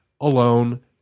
alone